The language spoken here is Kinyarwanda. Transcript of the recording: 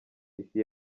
isi